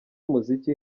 umuziki